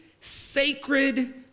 sacred